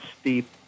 steep